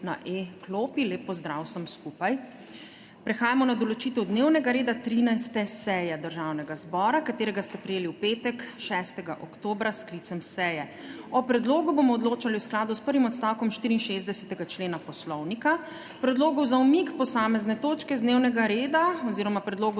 na e-klopi. Lep pozdrav vsem skupaj. Prehajamo na **določitev dnevnega reda** 13. seje Državnega zbora, katerega ste prejeli v petek, 6. oktobra, s sklicem seje. O predlogu bomo odločali v skladu s prvim odstavkom 64. člena Poslovnika. Predlogov za umik posamezne točke z dnevnega reda oziroma predlogov